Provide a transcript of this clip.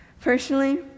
Personally